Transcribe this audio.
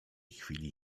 chwili